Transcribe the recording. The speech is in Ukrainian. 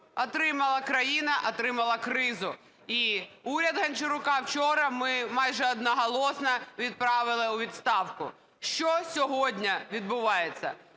отримали – країна отримала кризу. І уряд Гончарука вчора ми майже одноголосно відправили у відставку. Що сьогодні відбувається?